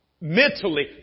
Mentally